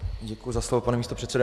Děkuji za slovo, pane místopředsedo.